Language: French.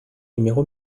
numéro